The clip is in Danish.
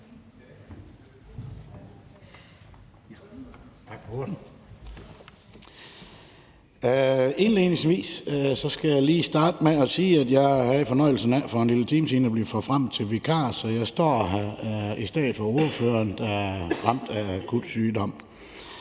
jeg havde fornøjelsen af for en lille time siden at blive forfremmet til vikar, så jeg står her i stedet for ordføreren, der er ramt af akut sygdom.